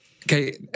Okay